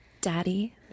daddy